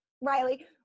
Riley